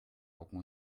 augen